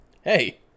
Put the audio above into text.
Hey